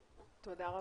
תודה.